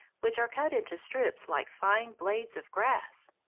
which are cut into strips like fine blades of grass.